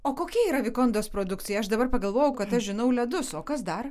o kokia yra vikondos produkcija aš dabar pagalvojau kad aš žinau ledus o kas dar